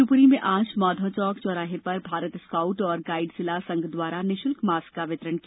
शिवपुरी में आज माधव चौक चौराहे पर भारत स्काउट एवं गाइड जिला संघ द्वारा निःशुल्क मास्क का वितरण किया